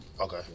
okay